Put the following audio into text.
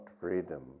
freedom